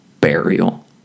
burial